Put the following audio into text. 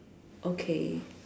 okay